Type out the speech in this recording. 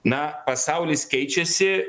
na pasaulis keičiasi